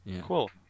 cool